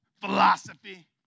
philosophy